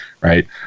right